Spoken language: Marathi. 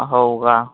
हो का